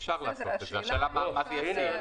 אפשר לעשות את זה, השאלה מה זה ישיג.